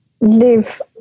live